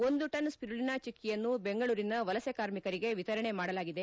ಒಂದು ton spirulina ಚಿಕ್ಕಿಯನ್ನು ಬೆಂಗಳೂರಿನ ವಲಸೆ ಕಾರ್ಮಿಕರಿಗೆ ಎತರಣೆ ಮಾಡಲಾಗಿದೆ